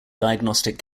diagnostic